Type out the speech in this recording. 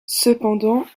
cependant